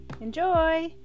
Enjoy